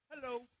hello